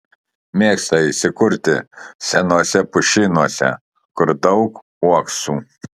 mėgsta įsikurti senuose pušynuose kur daug uoksų